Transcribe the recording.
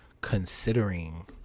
considering